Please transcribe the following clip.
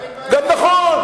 נכון.